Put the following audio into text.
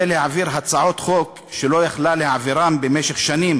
להעביר הצעות חוק שלא הייתה יכולה להעבירן במשך שנים,